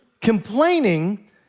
Complaining